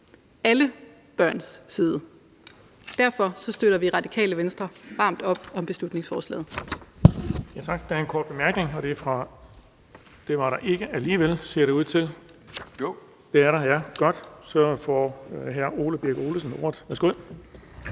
alle børns side. Derfor støtter vi i Radikale Venstre varmt op om beslutningsforslaget.